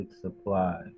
supply